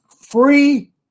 free